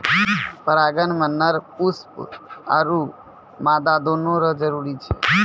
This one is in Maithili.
परागण मे नर पुष्प आरु मादा दोनो रो जरुरी छै